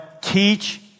teach